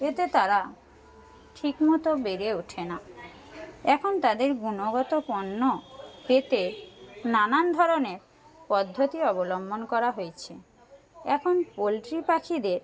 এতে তারা ঠিকমতো বেড়ে ওঠে না এখন তাদের গুণগত পণ্য পেতে নানান ধরনের পদ্ধতি অবলম্বন করা হয়েছে এখন পোলট্রি পাখিদের